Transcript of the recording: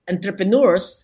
Entrepreneurs